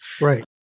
Right